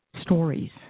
stories